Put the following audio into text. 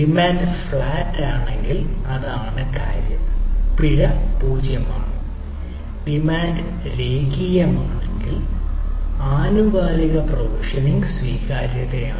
demand flat ആണെങ്കിൽ സ്വീകരിക്കും